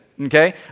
okay